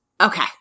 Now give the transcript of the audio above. Okay